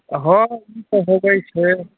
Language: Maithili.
हँ ई तऽ होयबे छै